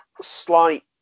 slight